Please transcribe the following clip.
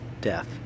death